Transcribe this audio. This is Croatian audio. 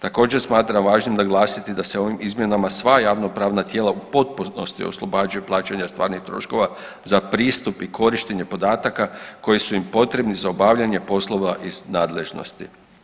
Također smatram važnim naglasiti da se ovim izmjenama sva javnopravna tijela u potpunosti oslobađaju plaćanja stvarnih troškova za pristup i korištenje podataka koji su im potrebni za obavljanje poslova iz nadležnosti.